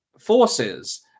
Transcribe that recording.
forces